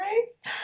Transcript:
Race